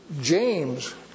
James